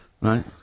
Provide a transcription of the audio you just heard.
Right